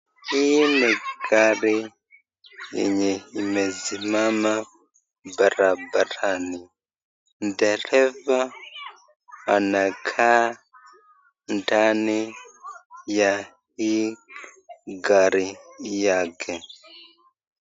Hii ni gari yenye imesimama barabarani. Ndereva anakaa ndani ya hii gari yake.